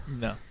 No